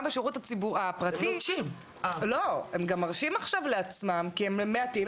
גם בשירות הפרטי הם גם מרשים עכשיו לעצמם כי הם מעטים,